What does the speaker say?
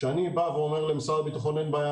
כשאני אומר למשרד הביטחון: אין בעיה,